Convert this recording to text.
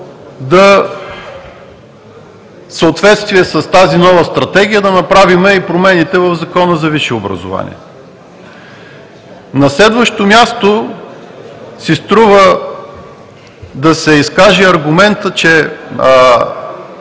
в съответствие с тази нова стратегия да направим и промените в Закона за висшето образование? На следващо място си струва да се изкаже аргументът, че